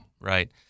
Right